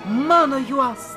mano juos